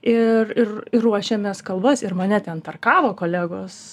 ir ir ir ruošiamės kalbas ir mane ten tarkavo kolegos